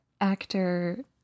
actor